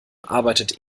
arbeitet